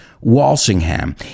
Walsingham